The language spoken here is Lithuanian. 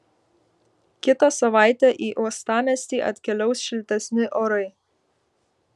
kitą savaitę į uostamiestį atkeliaus šiltesni orai